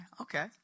Okay